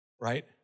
right